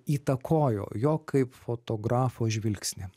įtakojo jo kaip fotografo žvilgsnį